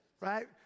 Right